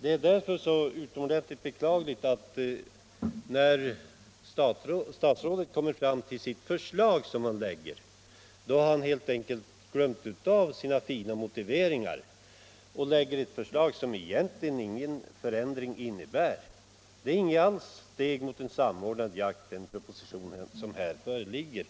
Det är därför utomordentligt beklagligt att statsrådet när han kommer fram till sitt förslag helt enkelt har glömt bort sina fina motiveringar och lägger fram en produkt som egentligen inte innebär någon förändring gentemot den nu gällande ordningen. Den proposition vi nu behandlar utgör inte